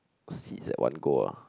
seeds that one go ah